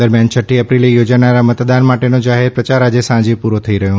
દરમિયાન છઠ્ઠી એપ્રિલે યોજાનાર મતદાન માટેનો જાહેર પ્રચાર આજે સાંજે પૂરો થઈ જશે